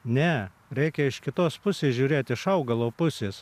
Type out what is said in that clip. ne reikia iš kitos pusės žiūrėti iš augalo pusės